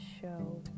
show